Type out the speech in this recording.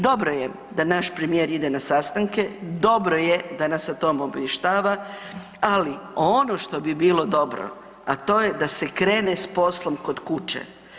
Dobro je da naš premijer ide na sastanke, dobro je da nas o tome obavještava, ali ono što bi bilo dobro, a to je da se krene s poslom kod kuće.